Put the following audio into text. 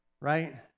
right